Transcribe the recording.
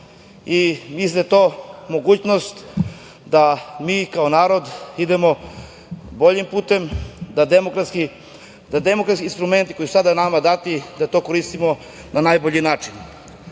da je to mogućnost da mi kao narod idemo boljim putem, da demokratski instrumenti koji su sada nama dati, da to koristimo na najbolji način. Tako